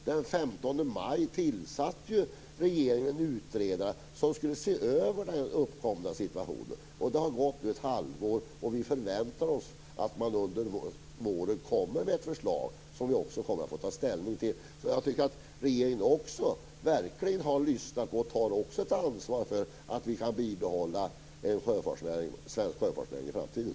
Den 15 maj tillsatte regeringen en utredare som skulle se över den uppkomna situationen. Det har gått ett halvår, och vi förväntar oss att man under våren kommer med ett förslag som vi kan ta ställning till. Jag tycker att regeringen har lyssnat och tagit ansvar för att vi kan bibehålla en svensk sjöfartsnäring i framtiden.